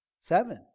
Seven